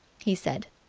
he said.